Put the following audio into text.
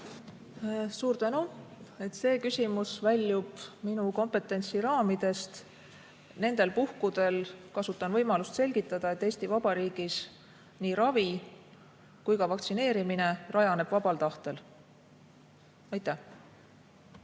Suur tänu! See küsimus väljub minu kompetentsi raamidest. Nendel puhkudel kasutan võimalust selgitada, et Eesti Vabariigis nii ravi kui ka vaktsineerimine rajaneb vabal tahtel. Suur